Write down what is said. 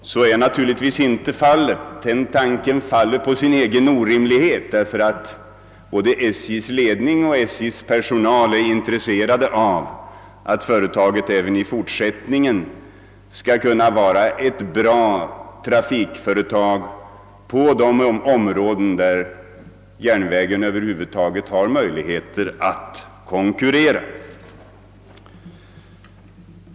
Så är naturligtvis inte fallet; den tanken faller på sin egen orimlighet. Både SJ:s ledning och SJ:s personal har intresse av att företaget även i fortsättningen är ett bra trafikföretag på de områden där järnvägen har möjlighet att konkurrera.